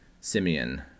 Simeon